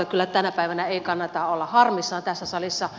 ei kyllä tänä päivänä kannata olla harmissaan tässä salissa